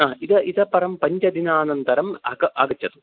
हा इद इतः परं पञ्चदिनानन्तरं अग आगच्छतु